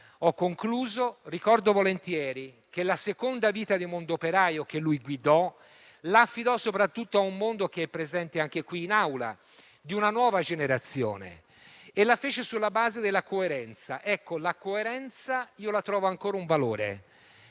propria. Ricordo volentieri che la seconda vita di «Mondoperaio», che lui guidò, la affidò soprattutto a un mondo che è presente anche qui in Aula, una nuova generazione, e lo fece sulla base della coerenza. Ecco, trovo ancora che la coerenza sia un valore.